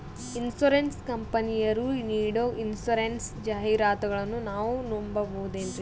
Insurance ಕಂಪನಿಯರು ನೀಡೋ insurance ಜಾಹಿರಾತುಗಳನ್ನು ನಾವು ನಂಬಹುದೇನ್ರಿ?